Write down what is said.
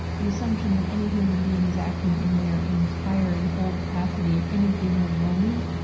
the assumption that any human being is acting in their entire and whole capacity at any given moment,